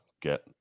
get